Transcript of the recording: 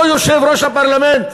אותו יושב-ראש הפרלמנט